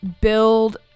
build